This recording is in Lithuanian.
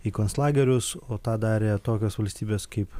į konclagerius o tą darė tokios valstybes kaip